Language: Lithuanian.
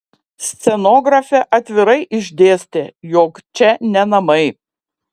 scenografė atvirai išdėstė jog čia ne namai